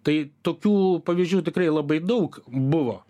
tai tokių pavyzdžių tikrai labai daug buvo